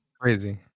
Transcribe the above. Crazy